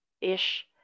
ish